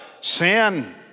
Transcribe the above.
Sin